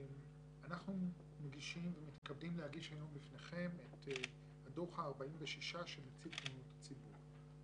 אנחנו מתכבדים להגיש היום בפניכם את דוח ה-46 של נציב תלונות הציבור,